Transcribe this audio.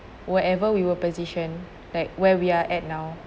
wherever we will position like where we are at now